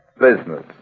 Business